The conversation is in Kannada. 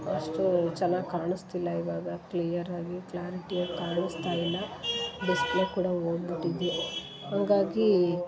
ಅಷ್ಟು ಚೆನ್ನಾಗಿ ಕಾಣಿಸ್ತಿಲ್ಲ ಇವಾಗ ಕ್ಲಿಯರ್ ಆಗಿ ಕ್ಲ್ಯಾರಿಟಿಯಾಗಿ ಕಾಣಿಸ್ತಾ ಇಲ್ಲ ಡಿಸ್ಪ್ಲೇ ಕೂಡ ಹೋಗ್ಬಿಟ್ಟಿದೆ ಹಾಗಾಗಿ